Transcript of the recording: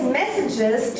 messages